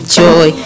joy